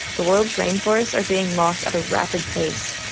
the world's rainforests are being lost at a rapid pace.